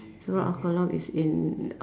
surah Al-Qalam is in